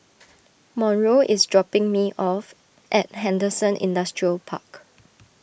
Monroe is dropping me off at Henderson Industrial Park